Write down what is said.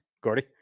Gordy